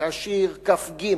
כשיר כ"ג,